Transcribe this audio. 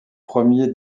premier